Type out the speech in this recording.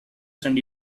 send